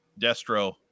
Destro